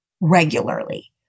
regularly